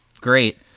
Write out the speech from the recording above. Great